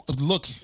look